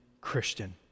Christian